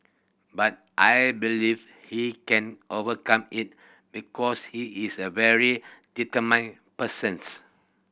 but I believe he can overcome it because he is a very determined persons